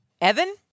Evan